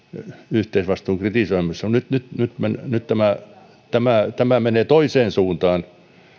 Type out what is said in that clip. yhteisvastuun kritisoimisessa mutta nyt tämä tämä menee toiseen suuntaan